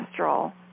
cholesterol